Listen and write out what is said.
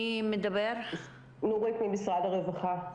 נורית ממשרד הרווחה,